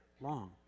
long